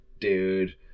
dude